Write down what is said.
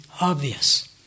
obvious